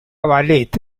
ballet